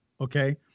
Okay